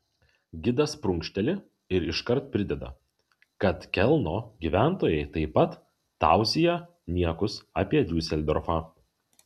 gidas prunkšteli ir iškart prideda kad kelno gyventojai taip pat tauzija niekus apie diuseldorfą